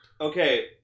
Okay